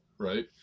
Right